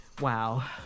wow